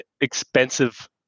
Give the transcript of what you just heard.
expensive